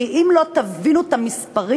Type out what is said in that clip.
כי אם לא תבינו את המספרים,